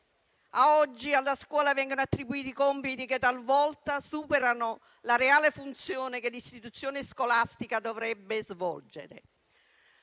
Oggi alla scuola vengono attribuiti compiti che talvolta superano la reale funzione che l'istituzione scolastica dovrebbe svolgere.